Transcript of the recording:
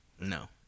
No